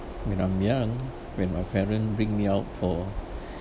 when I'm young when my parent bring me out for